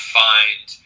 find